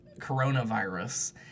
coronavirus